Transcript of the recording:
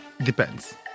Depends